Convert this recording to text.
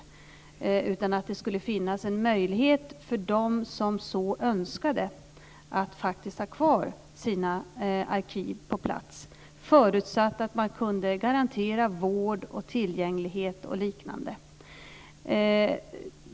Det skulle finnas en möjlighet för dem som så önskade att faktiskt ha kvar sina arkiv på plats, förutsatt att man kunde garantera vård, tillgänglighet och liknande.